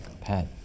Pat